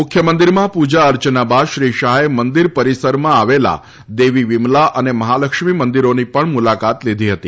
મુખ્ય મંદિરમાં પૂજા અર્ચના બાદ શ્રી શાહે મંદિર પરિસરમાં આવેલા દેવી વિમલા અને મહાલક્ષમી મંદિરોની પણ મુલાકાત લીધી હતી